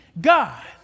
God